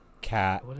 cat